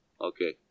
Okay